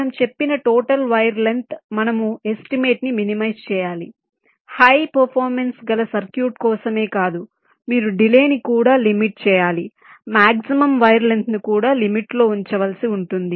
మనము చెప్పిన total wire length మనము ఎస్టిమేట్ ని మినిమైజ్ చేయాలి హై పెర్ఫార్మన్స్ గల సర్క్యూట్ కోసమే కాదు మీరు డిలే ని కూడా లిమిట్ చేయాలి మాక్సిమం వైర్ లెంగ్త్ ను కూడా లిమిట్ లో ఉంచవలసి ఉంటుంది